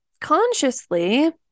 consciously